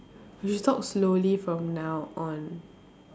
we should talk slowly from now on